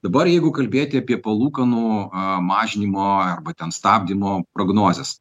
dabar jeigu kalbėti apie palūkanų mažinimo arba ten stabdymo prognozes